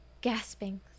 gasping